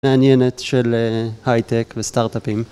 מעניינת של הייטק וסטארט-אפים